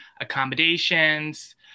accommodations